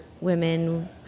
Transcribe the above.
women